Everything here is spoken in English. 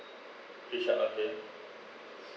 which are not pay